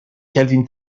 calvin